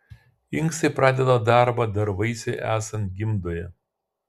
inkstai pradeda darbą dar vaisiui esant gimdoje